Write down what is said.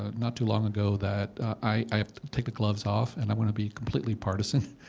ah not too long ago, that i have to take the gloves off, and i want to be completely partisan.